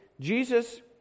Jesus